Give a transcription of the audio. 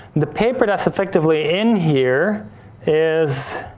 the paper that's effectively in here is